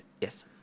Yes